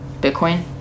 Bitcoin